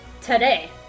today